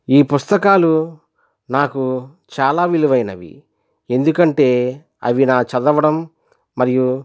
ఈ పుస్తకాలు నాకు చాలా విలువైనవి ఎందుకంటే అవి నా చదవడం మరియు